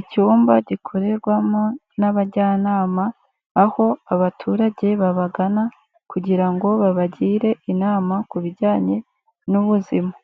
Icyumba gikorerwamo n'abajyanama, aho abaturage babagana kugira ngo babagire inama ku bijyanye n'ubuzima,